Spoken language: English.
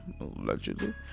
allegedly